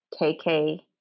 KK